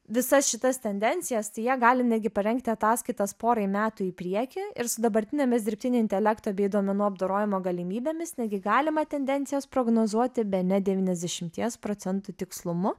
visas šitas tendencijas tai jie gali netgi parengti ataskaitas porai metų į priekį ir su dabartinėmis dirbtinio intelekto bei duomenų apdorojimo galimybėmis negi galima tendencijas prognozuoti bene devyniasdešimties procentų tikslumu